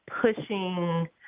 pushing